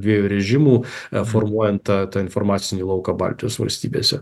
dviejų režimų formuojant tą informacinį lauką baltijos valstybėse